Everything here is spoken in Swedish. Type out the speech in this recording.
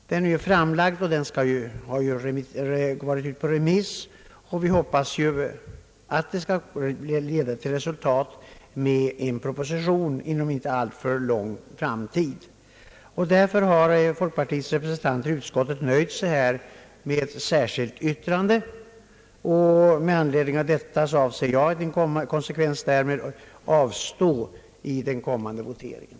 Det materialet har gått ut på remiss, och vi hoppas att det skall leda till resultat i form av en proposition i en inte alltför avlägsen framtid. Därför har folkpartiets representanter i utskottet nöjt sig med ett särskilt yttrande. I konsekvens därmed avser jag att avstå i den kommande voteringen.